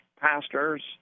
pastors